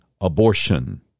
abortion